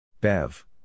Bev